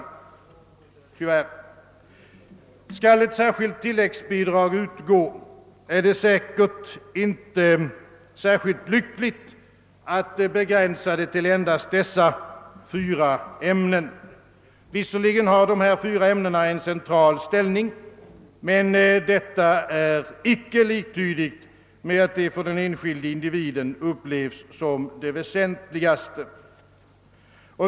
Skall ett särskilt tilläggsbidrag utgå är det säkert inte så lyckligt att begränsa det till endast dessa fyra ämnen. Visserligen intar de en central ställning, men detta är icke liktydigt med att de för den enskilde individen upplevs som de väsentligaste.